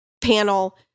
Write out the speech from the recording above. panel